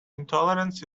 intolerance